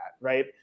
right